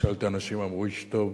שאלתי אנשים, ואמרו לי שהוא איש טוב,